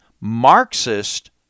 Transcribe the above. Marxist